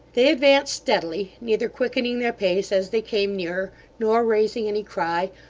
they advanced steadily neither quickening their pace as they came nearer, nor raising any cry,